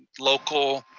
local,